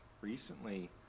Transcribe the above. recently